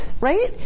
Right